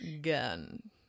gun